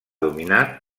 dominar